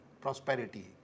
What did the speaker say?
prosperity